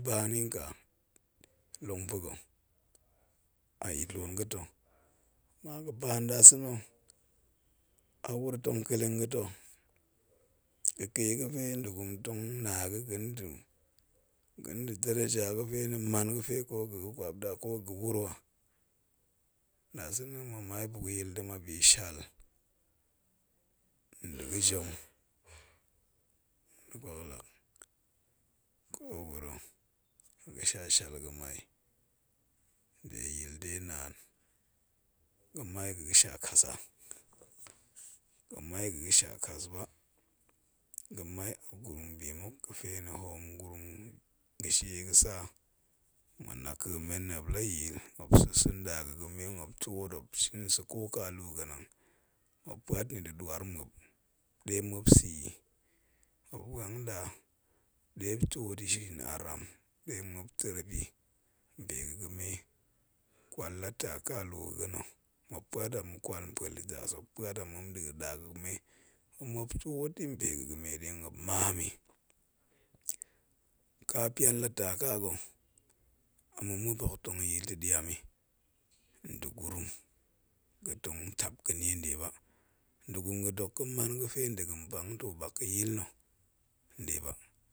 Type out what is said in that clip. Banni ka long pa̱ga̱ a yit loom ga̱ ta̱, ama ga̱ ba nda sa̱na̱ a wuro tong ka teng ga̱ ta̱, ga̱ ke ga̱fe nda̱ gurum tong na ga̱ ga̱ndibi daraja, ko mau ga̱fe ga̱ ga̱ kwap da ko ga̱ wuro? Nda sa̱na̱ ma̱ mai buk yira ndibi shal, nda̱ ga̱ jin nda̱ kwaklak ko wuro, a ga̱sha shell ga̱mai, de yil de na̱an ga̱mai ga̱ ga̱sha kas ba, ga̱mai a gurum bi muk, niefe ni hoom gurum, ga̱she ga̱sa, ma̱ naka̱ men nna̱ muop ya yol, muop sa̱ sa̱ ndaga̱ ga̱me, muop tuot muop shin sa̱, ko ka luu ga̱nang, muop puat ni da̱ duar muop de muop sa̱yi muop vwang da, de muop tuat yi shin aram, de muop tarep yi npega̱ga̱me. Kwal la ta kaluu, ga̱na̱ muop puat npue luudas, muop puat a nda ga̱ ga̱me, de muop tuot i npe ga̱ ga̱me de muop maam i, ka pian la ta ka ga̱ a ma̱ muop hok tong yol ta̱ diami nda̱ gurum ga̱ tong tap ga̱ ga̱nie ndeba.